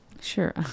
Sure